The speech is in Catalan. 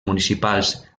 municipals